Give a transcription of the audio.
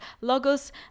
logos